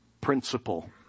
principle